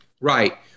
Right